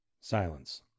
Silence